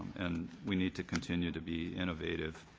and we need to continue to be innovative.